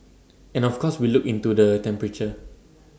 and of course we look into the temperature